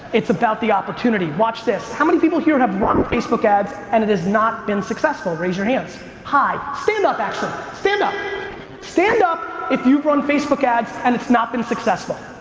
it's about the opportunity. watch this. how many people here have run facebook ads and it has not been successful, raise your hands high. stand up, actually, stand up stand up if you've run facebook ads and it's not been successful.